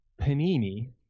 Panini